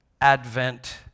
Advent